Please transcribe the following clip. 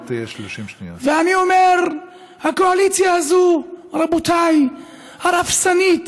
ואני אומר, הקואליציה הזאת, רבותיי, הרופסת,